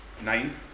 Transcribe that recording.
Nine